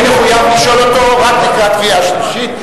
אני מחויב לשאול אותו רק לקראת קריאה שלישית,